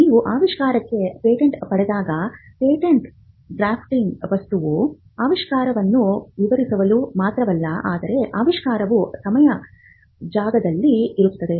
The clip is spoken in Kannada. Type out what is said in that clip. ನೀವು ಆವಿಷ್ಕಾರಕ್ಕೆ ಪೇಟೆಂಟ್ ಪಡೆದಾಗ ಪೇಟೆಂಟ್ ಡ್ರಾಫ್ಟಿಂಗ್ ವಸ್ತುವು ಆವಿಷ್ಕಾರವನ್ನು ವಿವರಿಸಲು ಮಾತ್ರವಲ್ಲ ಆದರೆ ಆವಿಷ್ಕಾರವು ಸಮಯ ಜಾಗದಲ್ಲಿ ಇರುತ್ತದೆ